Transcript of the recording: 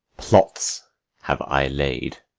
plots have i laid,